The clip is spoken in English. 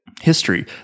history